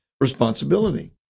responsibility